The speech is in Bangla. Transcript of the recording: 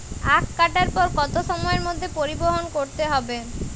আখ কাটার পর কত সময়ের মধ্যে পরিবহন করতে হবে?